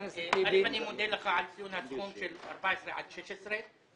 אני מודה לך על ציון הסכום של 14 עד 16 מיליון שקלים,